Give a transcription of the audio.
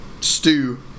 stew